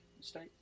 state